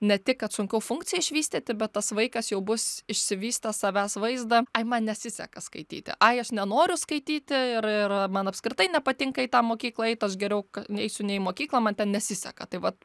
ne tik kad sunkiau funkciją išvystyti bet tas vaikas jau bus išsivystęs savęs vaizdą ai man nesiseka skaityti ai aš nenoriu skaityti ir ir man apskritai nepatinka į tą mokyklą eit aš geriau neisiu ne į mokyklą man ten nesiseka tai vat